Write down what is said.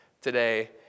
today